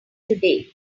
today